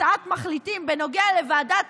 מביא הצעת מחליטים בנוגע לוועדת